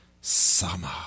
summer